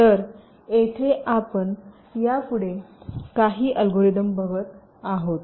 तर येथे आपण यापुढे काही अल्गोरिदम बघत आहोत